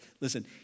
Listen